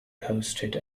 hosted